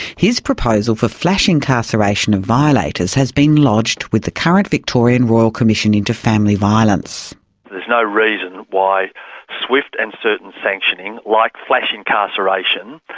his proposal for flash incarceration of violators violators has been lodged with the current victorian royal commission into family violence. there is no reason why swift and certain sanctioning, like flash incarceration,